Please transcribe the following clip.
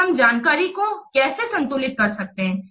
तो हम जानकारी को कैसे संतुलित कर सकते हैं